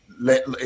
let